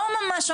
לא ממש,